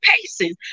pacing